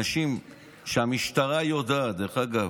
אנשים שהמשטרה יודעת, דרך אגב,